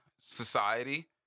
society